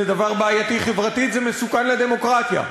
זה דבר בעייתי חברתית, זה מסוכן לדמוקרטיה.